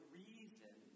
reason